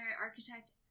architect